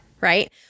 right